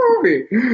movie